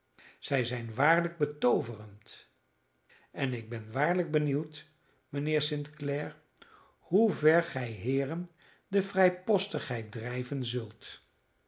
zij zijn waarlijk betooverend en ik ben waarlijk benieuwd mijnheer st clare hoever gij heeren de vrijpostigheid drijven zult